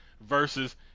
versus